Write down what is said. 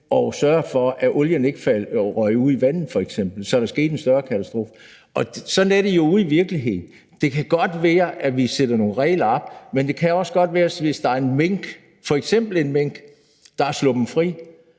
at sørge for, at olien ikke røg ud i vandet f.eks., så der skete en større katastrofe. Sådan er det jo ude i virkeligheden. Det kan godt være, at vi sætter nogle regler op, men hvis der er en mink – f.eks. en mink – der er sluppet fri,